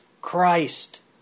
Christ